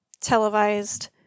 televised